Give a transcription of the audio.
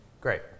great